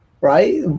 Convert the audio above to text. right